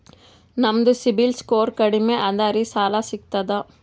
ನಮ್ದು CIBIL score ಕಡಿಮಿ ಅದರಿ ಸಾಲಾ ಸಿಗ್ತದ?